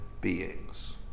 beings